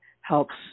helps